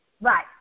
Right